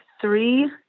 three